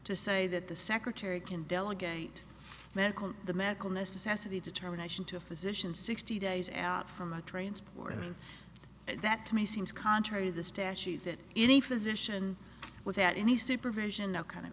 to say that the secretary can delegate medical the medical necessity determination to a physician sixty days out from a transport and that to me seems contrary to the statute that any physician without any supervision no kind